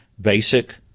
basic